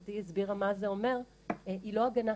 שמכובדתי הסבירה מה זה אומר, היא לא הגנה.